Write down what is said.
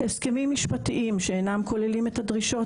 הסכמים משפטיים שאינם כוללים את הדרישות